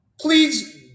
please